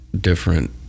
different